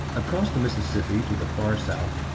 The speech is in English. across the mississippi to the far south,